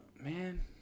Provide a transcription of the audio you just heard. man